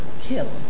kill